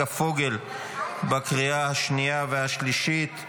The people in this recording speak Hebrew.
לצורך הכנתה לקריאה השנייה והשלישית.